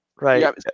right